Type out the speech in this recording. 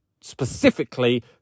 specifically